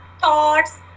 thoughts